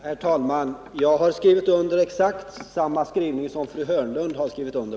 Herr talman! Jag har skrivit under exakt samma skrivning som fru Hörnlund skrivit under.